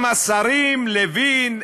גם השרים לוין,